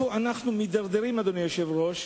לאיפה אנחנו מידרדרים, אדוני היושב-ראש,